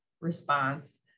response